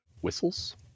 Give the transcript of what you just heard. Whistles